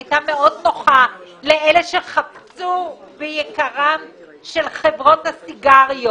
היתה מאוד נוחה לאלה שחפצו ביקרם של חברות הסיגריות.